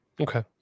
Okay